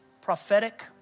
prophetic